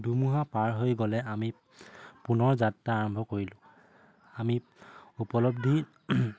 ধুমুহা পাৰ হৈ গ'লে আমি পুনৰ যাত্ৰা আৰম্ভ কৰিলোঁ আমি উপলব্ধি